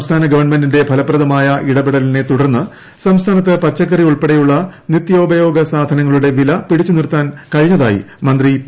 സംസ്ഥാന ഗവൺമെന്റിന്റെ ഫലപ്രിദ്മ്ടുയ് ഇടപെടലിനെ തുടർന്ന് സംസ്ഥാനത്ത് പച്ചക്കറി ഉൾപ്പെടെയുള്ള നിത്യോപയോഗ സാധനങ്ങളുടെ വിലപിടിച്ചുനിർത്താൻ കഴിഞ്ഞതായി മന്ത്രി പി